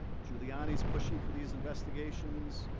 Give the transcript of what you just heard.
giuliani is pushing for these investigations.